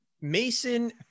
Mason